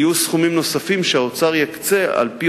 יהיו סכומים נוספים שהאוצר יקצה על-פי